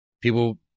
people